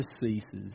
ceases